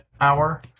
hour